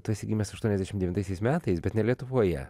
tu esi gimęs aštuoniasdešimt devintaisiais metais bet ne lietuvoje